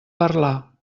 parlar